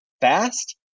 fast